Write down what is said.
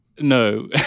no